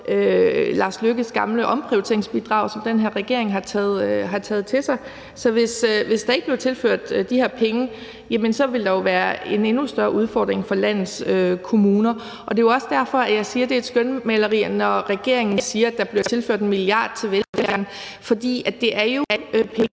gamle omprioriteringsbidrag, som den her regering har taget til sig. Så hvis der ikke blev tilført de her penge, ville der jo være en endnu større udfordring for landets kommuner. Det er jo også derfor, jeg siger, at det er et skønmaleri, når regeringen siger, at der bliver tilført 1 mia. kr. til velfærden, for det er jo penge,